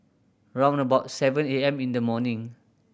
round about seven A M in the morning